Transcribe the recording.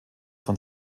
von